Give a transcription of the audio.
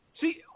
See